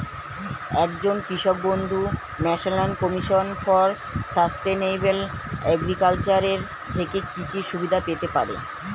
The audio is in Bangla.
একজন কৃষক বন্ধু national commission for sustainable agriculture এর থেকে কি কি সুবিধা পেতে পারে?